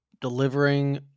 delivering